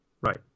Right